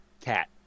Cat